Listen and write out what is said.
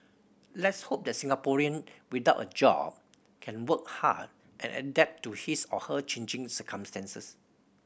let's hope that Singaporean without a job can work hard and adapt to his or her changing circumstances